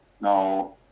now